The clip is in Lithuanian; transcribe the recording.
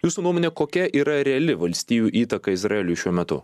jūsų nuomone kokia yra reali valstijų įtaka izraeliui šiuo metu